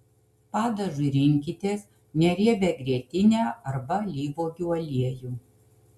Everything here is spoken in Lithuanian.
padažui rinkitės neriebią grietinę arba alyvuogių aliejų